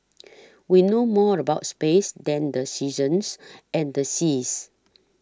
we know more about space than the seasons and the seas